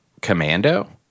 commando